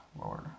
Lord